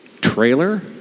trailer